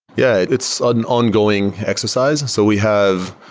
yeah. it's an ongoing exercise. so we have,